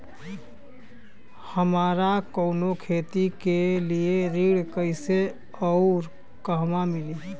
हमरा कवनो खेती के लिये ऋण कइसे अउर कहवा मिली?